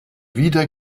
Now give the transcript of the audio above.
wieder